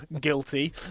Guilty